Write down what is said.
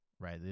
right